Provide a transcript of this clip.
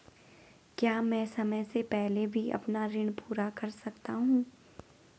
क्या मैं समय से पहले भी अपना ऋण पूरा कर सकता हूँ?